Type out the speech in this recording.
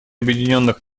объединенных